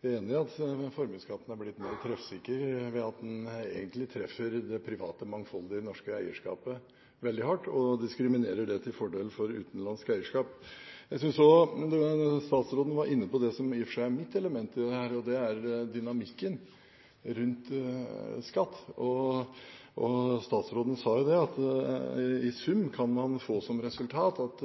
Vi er enige i at formuesskatten er blitt mer treffsikker ved at den egentlig treffer det private, mangfoldige norske eierskapet veldig hardt og diskriminerer det til fordel for utenlandsk eierskap. Jeg synes også statsråden var inne på det som i og for seg er mitt element i dette, og det er dynamikken rundt skatt. Statsråden sa at man i sum kan få som resultat at